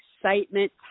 excitement